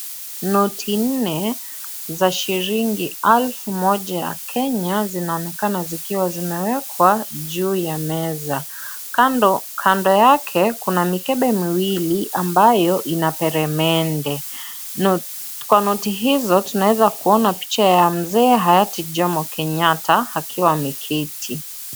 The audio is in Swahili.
Noti nne za shilingi alfu moja ya Kenya zinaonekana zikiwa zimewekwa juu ya meza, kando yake kuna mikebe miwili ambayo ina peremende kwa noti hizo tunaeza kuona picha ya mzee hayati Jomo Kenyatta akiwa ameketi.